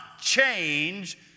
change